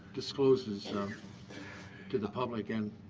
discloses stuff to the public and